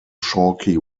chalky